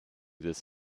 this